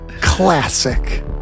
classic